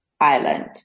Island